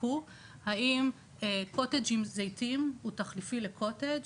והם יבדקו האם קוטג' עם זיתים הוא תחליפי לקוטג'